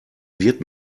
wird